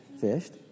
Fished